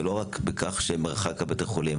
זה לא רק המרחק מבתי החולים,